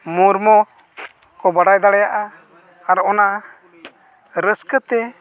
ᱢᱩᱨᱢᱩ ᱠᱚ ᱵᱟᱰᱟᱭ ᱫᱟᱲᱮᱭᱟᱜᱼᱟ ᱟᱨ ᱚᱱᱟ ᱨᱟᱹᱥᱠᱟᱹ ᱛᱮ